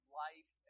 life